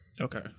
Okay